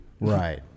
Right